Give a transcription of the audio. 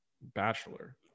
bachelor